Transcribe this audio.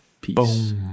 Peace